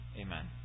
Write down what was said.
Amen